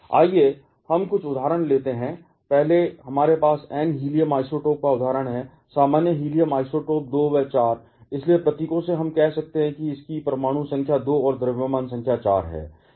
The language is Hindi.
आइए हम कुछ उदाहरण लेते हैं पहले हमारे पास n हीलियम आइसोटोप का उदाहरण है सामान्य हीलियम आइसोटोप 2 व 4 इसलिए प्रतीकों से हम कह सकते हैं कि इसकी परमाणु संख्या 2 और द्रव्यमान संख्या 4 है